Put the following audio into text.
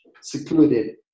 secluded